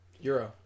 Euro